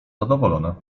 zadowolona